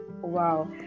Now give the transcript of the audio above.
wow